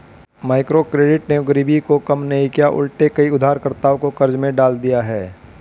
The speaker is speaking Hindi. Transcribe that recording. माइक्रोक्रेडिट ने गरीबी को कम नहीं किया उलटे कई उधारकर्ताओं को कर्ज में डाल दिया है